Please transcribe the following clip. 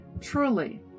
Truly